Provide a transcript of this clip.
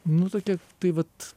nu tuokie tai vat